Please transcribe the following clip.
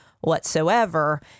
whatsoever